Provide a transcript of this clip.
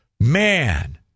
man